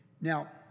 Now